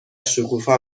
شکوفا